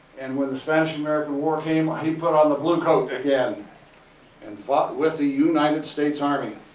and when the spanish-american war came, he put on the blue coat again and fought with the united states army.